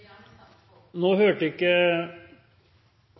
nå. Høyre